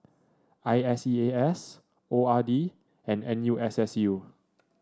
I S E A S O R D and N U S S U